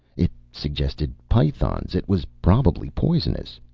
it suggested pythons it was probably poisonous.